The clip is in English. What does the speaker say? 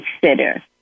consider